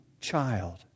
child